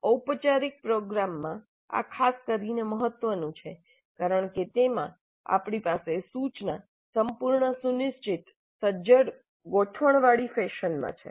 ઔપચારિક પ્રોગ્રામમાં આ ખાસ કરીને મહત્વનું છે કારણ કે તેમાં આપણી પાસે સૂચના સંપૂર્ણ સુનિશ્ચિત સજ્જડ ગોઠવણવાળી ફેશનમાં છે